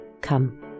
Come